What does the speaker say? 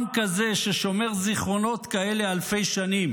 עם כזה ששומר זיכרונות כאלה אלפי שנים